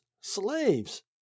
slaves